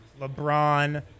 LeBron